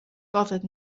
bothered